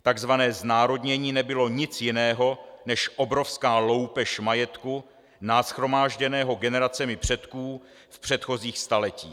Takzvané znárodnění nebylo nic jiného než obrovská loupež majetku nashromážděného generacemi předků v předchozích staletích.